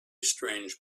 strange